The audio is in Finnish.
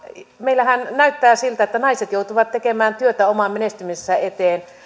meillähän näyttää siltä että naiset joutuvat tekemään työtä oman menestymisensä eteen